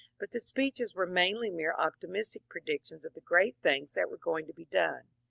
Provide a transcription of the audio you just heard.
but the speeches were mainly mere optimistic predictions of the great things that were going to be done.